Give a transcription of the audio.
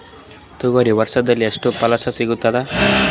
ತೊಗರಿ ವರ್ಷದಲ್ಲಿ ಎಷ್ಟು ಫಸಲ ಸಿಗತದ?